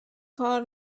کار